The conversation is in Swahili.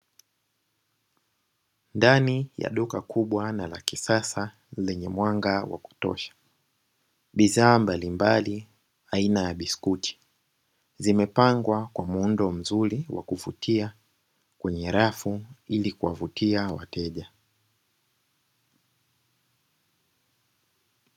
Ndani ya duka kubwa na la kisasa lenye mwanga wa kutosha, bidhaa mbalimbali za aina ya biskuti zimepangwa kwa muundo mzuri wa kuvutia kwenye rafu ili kuwavutia wateja.